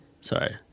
Sorry